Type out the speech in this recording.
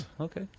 okay